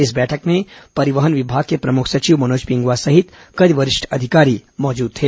इस बैठक में परिवहन विभाग के प्रमुख सचिव मनोज पिंगुआ सहित कई वरिष्ठ अधिकारी मौजूद थे